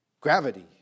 gravity